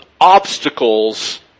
obstacles